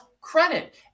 credit